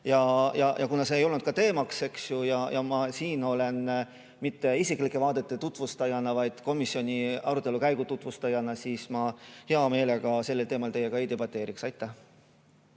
Ja kuna see ei olnud teemaks ja ma ei ole siin oma isiklike vaadete tutvustajana, vaid komisjoni arutelu tutvustajana, siis ma hea meelega sellel teemal teiega ei debateeriks. Aitäh